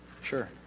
Sure